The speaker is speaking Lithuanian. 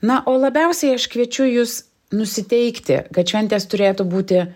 na o labiausiai aš kviečiu jus nusiteikti kad šventės turėtų būti